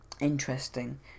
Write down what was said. Interesting